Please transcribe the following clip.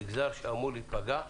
מגזר שאמור להיפגע,